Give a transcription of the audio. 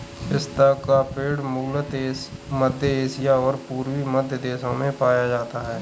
पिस्ता का पेड़ मूलतः मध्य एशिया और पूर्वी मध्य देशों में पाया जाता है